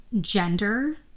gender